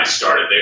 started